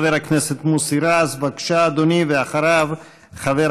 חבר הכנסת מוסי רז, בבקשה, אדוני, ואחריו, חבר